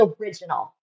original